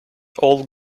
old